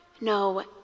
No